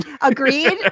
Agreed